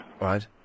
Right